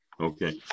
Okay